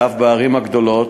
ואף בערים הגדולות,